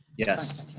yes.